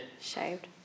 Shaved